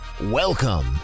Welcome